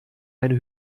eine